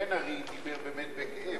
חבר הכנסת בן-ארי דיבר באמת בכאב,